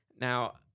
Now